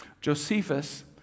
Josephus